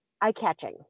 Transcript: eye-catching